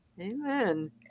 Amen